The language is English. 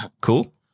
Cool